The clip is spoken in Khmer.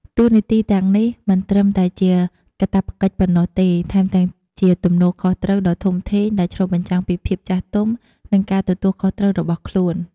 តួនាទីទាំងនេះមិនត្រឹមតែជាការកាតព្វកិច្ចប៉ុណ្ណោះទេ ថែមទាំងជាទំនួលខុសត្រូវដ៏ធំធេងដែលឆ្លុះបញ្ចាំងពីភាពចាស់ទុំ និងការទទួលខុសត្រូវរបស់ខ្លួន។